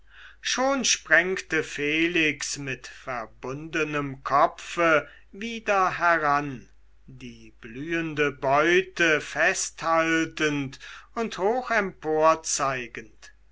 schon sprengte felix mit verbundenem kopfe wieder heran die blühende beute festhaltend und